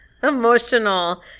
Emotional